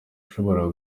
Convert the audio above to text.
ashobora